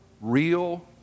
real